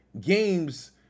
games